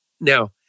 Now